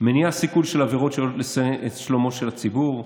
מניעת סיכול עבירות שעלולות לסכן את שלומו של הציבור,